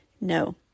No